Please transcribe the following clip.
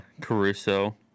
caruso